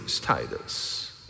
Titus